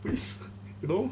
please you know